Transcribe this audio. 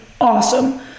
awesome